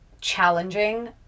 challenging